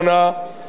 אמרת,